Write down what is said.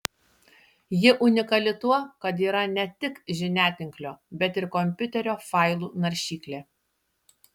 ji unikali tuo kad yra ne tik žiniatinklio bet ir kompiuterio failų naršyklė